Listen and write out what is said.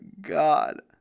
God